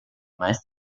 meist